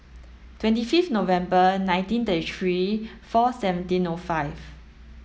twenty fifth November nineteen thirty three four seventeen O five